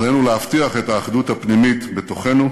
עלינו להבטיח את האחדות הפנימית בתוכנו,